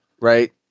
right